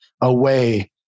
away